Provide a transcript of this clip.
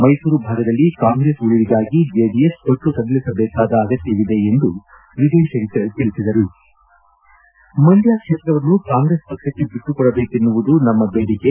ಮೈಸೂರು ಭಾಗದಲ್ಲಿ ಕಾಂಗ್ರೆಸ್ ಉಳಿವಿಗಾಗಿ ಜೆಡಿಎಸ್ ಪಟ್ಟು ಸಡಿಲಿಸಬೇಕಾದ ಅಗತ್ತವಿದೆ ಎಂದು ವಿಜಯ್ ಶಂಕರ್ ತಿಳಿಸಿದ್ದಾರೆ ಮಂಡ್ಕ ಕ್ಷೇತ್ರವನ್ನು ಕಾಂಗ್ರೆಸ್ ಪಕ್ಷಕ್ಕೆ ಬಿಟ್ಟುಕೊಡಬೇಕನ್ನುವುದು ನಮ್ಮ ಬೇಡಿಕೆ